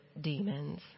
demons